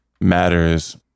matters